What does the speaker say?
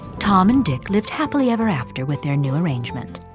tom and dick lived happily ever after with their new arrangement.